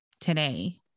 today